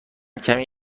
کمی